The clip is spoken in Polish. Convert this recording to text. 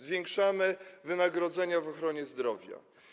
Zwiększamy wynagrodzenia w ochronie zdrowia.